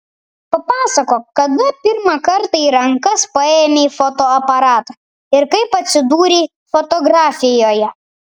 papasakok kada pirmą kartą į rankas paėmei fotoaparatą ir kaip atsidūrei fotografijoje